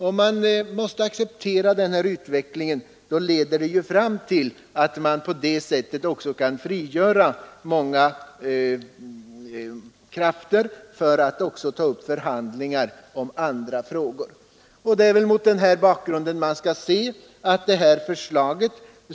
Om man måste acceptera denna utveckling leder det fram till att man kan frigöra krafter för att ta upp förhandlingar om andra frågor. Det är väl mot den bakgrunden man skall se det här förslaget.